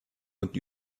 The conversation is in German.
und